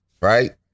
Right